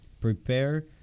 prepare